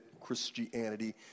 Christianity